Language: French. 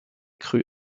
crus